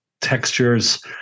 textures